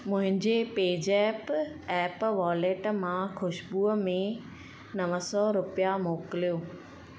मुंहिंजे PayZapp app wallet मां ख़ुशबू में नव सौ रुपया मोकिलियो